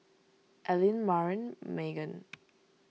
Allean Marin Magen